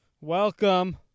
Welcome